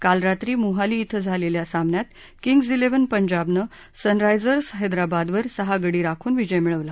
काल रात्री मोहाली ॐ झालेल्या सामन्यात किंग्ज ॠव्हन पंजाबनं सनरायजर्स हस्त्रिबादवर सहा गडी राखून विजय मिळवला